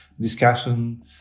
discussion